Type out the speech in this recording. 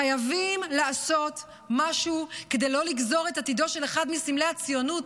חייבים לעשות משהו כדי לא לגזור את עתידו של אחד מסמלי הציונות,